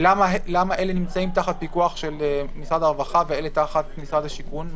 למה אלה נמצאים תחת פיקוח של משרד הרווחה ואלה תחת משרד השיכון?